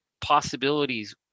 possibilities